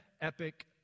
epic